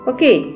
Okay